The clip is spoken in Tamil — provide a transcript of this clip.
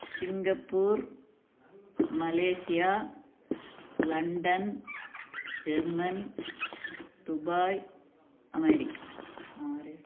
Singapore Malaysia London German Dubai America RS